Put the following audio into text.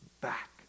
back